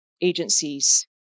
agencies